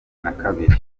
nakabiri